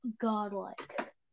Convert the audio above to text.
godlike